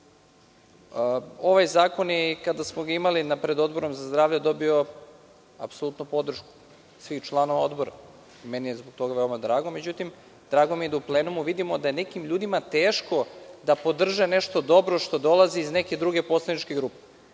Ovaj zakon je i kada smo ga imali na Odboru za zdravlje dobio apsolutnu podršku svih članova Odbora i meni je zbog toga veoma drago. Međutim, drago mi je da u plenumu vidimo da je nekim ljudima teško da podrže nešto dobro a što dolazi iz neke druge poslaničke grupe.